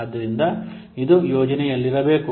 ಆದ್ದರಿಂದ ಇದು ಯೋಜನೆಯಲ್ಲಿರಬೇಕು